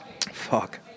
Fuck